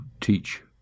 teach